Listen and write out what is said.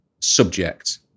subject